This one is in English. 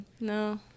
no